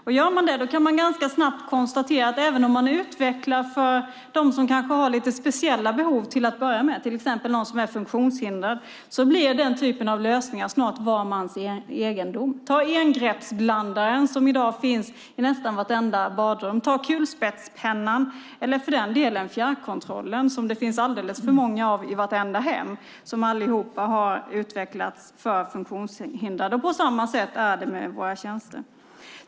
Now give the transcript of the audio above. Om man gör det kan man ganska snabbt konstatera att även om man till att börja med utvecklar för dem som kanske har speciella behov, till exempel för funktionshindrade, blir den typen av lösningar snart var mans egendom. Som exempel kan nämnas engreppsblandaren som i dag finns i nästan vartenda badrum, kulspetspennan och, för den delen, fjärrkontrollen som det finns alldeles för många av i vartenda hem. Alla dessa har utvecklats för funktionshindrade. På samma sätt är det med våra tjänster.